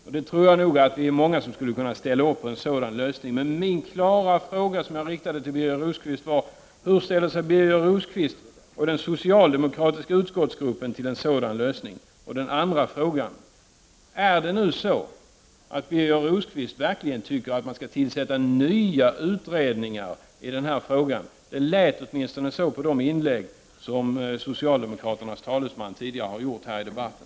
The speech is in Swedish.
Jag tror att vi är många som skulle kunna ställa upp på en sådan lösning, men min klara fråga, som jag riktade till Birger Rosqvist var: Hur ställer sig Birger Rosqvist och den socialdemokratiska utskottsgruppen till en sådan lösning? Den andra frågan var: Tycker verkligen Birger Rosqvist att man skall tillsätta nya utredningar i denna fråga? Det lät åtminstone så på de inlägg som socialdemokraternas talesman har gjort tidigare i debatten.